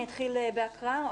אני אתחיל בהקראה,